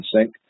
Sync